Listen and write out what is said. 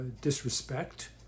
disrespect